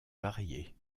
variée